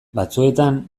batzuetan